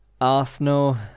Arsenal